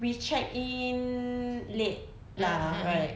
we check in late lah right